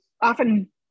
often